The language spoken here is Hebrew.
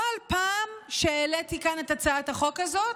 בכל פעם שהעליתי כאן את הצעת החוק הזאת,